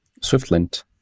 SwiftLint